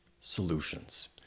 solutions